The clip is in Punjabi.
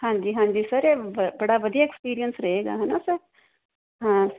ਹਾਂਜੀ ਹਾਂਜੀ ਸਰ ਇਹ ਬ ਬੜਾ ਵਧੀਆ ਐਕਸਪੀਰੀਅਂਸ ਰਹੇਗਾ ਹੈ ਨਾ ਸਰ ਹਾਂ